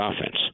offense